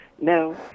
No